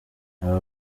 aba